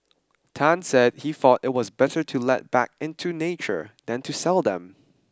Tan said he thought it was better to let back into nature than to sell them